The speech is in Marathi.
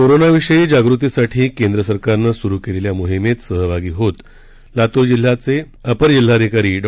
कोरोनाविषयी जागृतीसाठी केंद्र सरकारनं सुरु केलेल्या मोहीमेत सहभागी होत लातूर जिल्ह्यातले अपर जिल्हाधिकारी डॉ